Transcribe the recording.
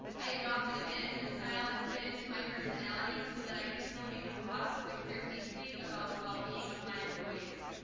i adopted a management style that fit into my personality so i could still be the boss but care deeply about the well-being of my employees.